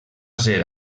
ser